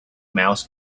mouse